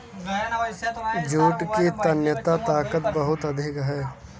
jute की तन्यता ताकत बहुत अधिक है